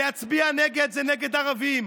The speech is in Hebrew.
להצביע נגד זה נגד ערבים,